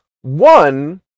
one